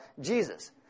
Jesus